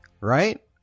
right